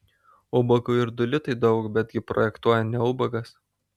ubagui ir du litai daug betgi projektuoja ne ubagas